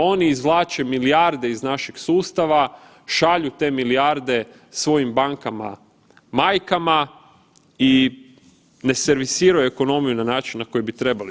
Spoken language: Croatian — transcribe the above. Oni izvlače milijarde iz našeg sustava, šalju te milijarde svojim bankama majkama i ne servisiraju ekonomiju na način na koji bi trebali.